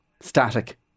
static